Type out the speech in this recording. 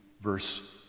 verse